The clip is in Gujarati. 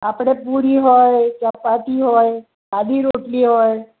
આપણે પૂરી હોય ચપાટી હોય સાદી રોટલી હોય